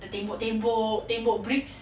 the tembok tembok tembok bricks